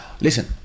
Listen